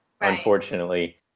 unfortunately